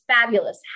fabulous